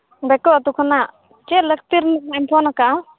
ᱵᱮᱠᱚ ᱟᱛᱳ ᱠᱷᱚᱱᱟᱜ ᱪᱮᱫ ᱞᱟᱹᱠᱛᱤ ᱨᱮ ᱱᱟᱜᱼᱮᱢ ᱯᱷᱳᱱ ᱟᱠᱟᱜᱼᱟ